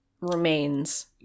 remains